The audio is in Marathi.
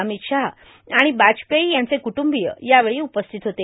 अमित शहा आणि वाजपेयी यांचे क्रुंटुंबीय यावेळी उपस्थित होते